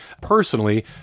personally